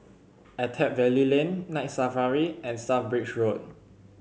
Attap Valley Lane Night Safari and South Bridge Road